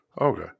Okay